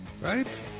Right